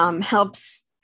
helps